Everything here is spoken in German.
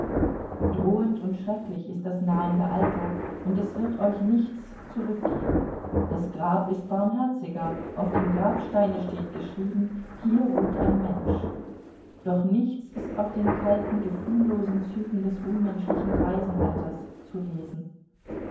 drohend und schrecklich ist das nahende alter und es wird euch nichts zurückgeben das grab ist barmherziger auf dem grabsteine steht geschrieben hier ruht ein mensch doch nichts ist auf den kalten gefühllosen zügen des unmenschlichen greisenalters zu lesen